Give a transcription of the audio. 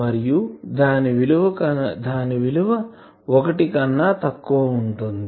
మరియు దాని విలువ కన్నా 1 తక్కువ ఉంటుంది